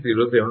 38072